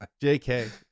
JK